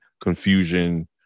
confusion